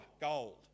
gold